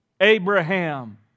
Abraham